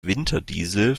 winterdiesel